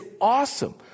awesome